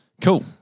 Cool